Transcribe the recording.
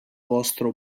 vostro